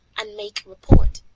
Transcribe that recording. and make report,